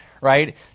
right